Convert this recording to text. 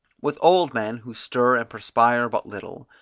with old men, who stir and perspire but little,